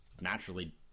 naturally